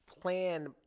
plan